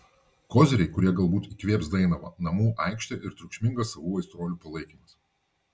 koziriai kurie galbūt įkvėps dainavą namų aikštė ir triukšmingas savų aistruolių palaikymas